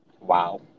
Wow